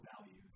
values